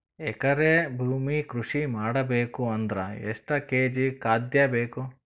ಎಕರೆ ಭೂಮಿ ಕೃಷಿ ಮಾಡಬೇಕು ಅಂದ್ರ ಎಷ್ಟ ಕೇಜಿ ಖಾದ್ಯ ಬೇಕು?